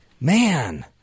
Man